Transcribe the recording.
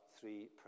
three